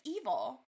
evil